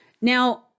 now